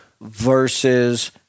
versus